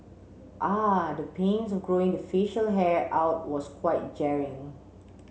ah the pains of growing the facial hair out was quite jarring